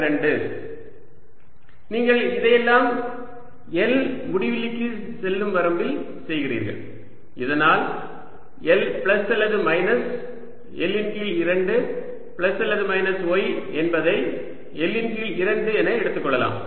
sec 12yL22sec 22y L22 நீங்கள் இதையெல்லாம் L முடிவிலிக்குச் செல்லும் வரம்பில் செய்கிறீர்கள் இதனால் L பிளஸ் அல்லது மைனஸ் L இன் கீழ் 2 பிளஸ் அல்லது மைனஸ் y என்பதை L இன் கீழ் 2 என எடுத்துக்கொள்ளலாம்